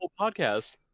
podcast